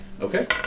Okay